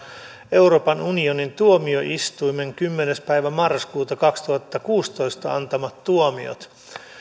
euroopan unionin tuomioistuimen kymmenes marraskuuta kaksituhattakuusitoista antamat tuomiot